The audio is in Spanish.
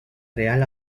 real